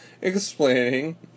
explaining